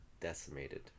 decimated